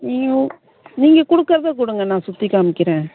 நீங்கள் நீங்கள் கொடுக்கறத கொடுங்க நான் சுற்றிக் காமிக்கிறேன்